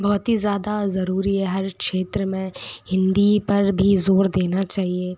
बहुत ही ज़्यादा ज़रूरी है हर क्षेत्र में हिंदी पर भी ज़ोर देना चाहिए